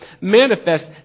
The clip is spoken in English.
manifest